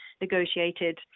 negotiated